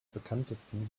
bekanntesten